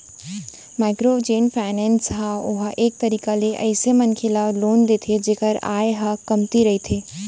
micro जेन finance हे ओहा एक तरीका ले अइसन मनखे ल लोन देथे जेखर आय ह कमती रहिथे